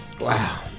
Wow